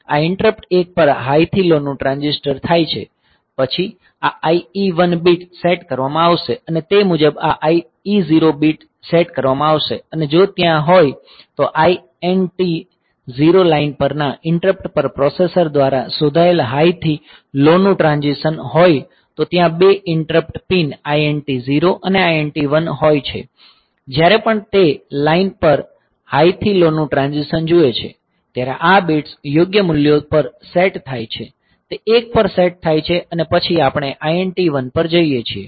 આ ઈંટરપ્ટ 1 પર હાઈ થી લો નું ટ્રાંઝિશન થાય છે પછી આ IE1 બીટ સેટ કરવામાં આવશે અને તે મુજબ આ IE0 બીટ સેટ કરવામાં આવશે અને જો ત્યાં હોય તો INT 0 લાઇન પરના ઈંટરપ્ટ પર પ્રોસેસર દ્વારા શોધાયેલ હાઈ થી લો નું ટ્રાંઝિશન હોય તો ત્યાં બે ઈંટરપ્ટ પિન INT 0 અને INT 1 હોય છે અને જ્યારે પણ તે તે લાઇન પર હાઈથી લો નું ટ્રાંઝિશન જુએ છે ત્યારે આ બિટ્સ યોગ્ય મૂલ્યો પર સેટ થાય છે તે 1 પર સેટ થાય છે અને પછી આપણે IT1 પર જઈએ છીએ